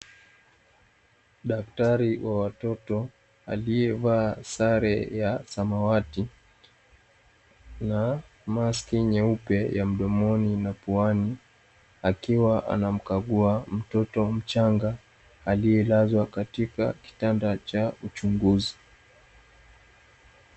Daktari wa watoto aliyevaa sare ya samawati na maski nyeupe ya mdomoni na puani, akiwa anamkagua mtoto mchanga aliyelazwa katika kitanda cha uchunguzi.